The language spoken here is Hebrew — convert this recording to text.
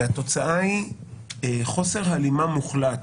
והתוצאה היא חוסר הלימה מוחלט